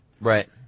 right